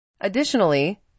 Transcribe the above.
Additionally